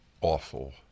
awful